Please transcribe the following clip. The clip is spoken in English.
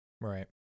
Right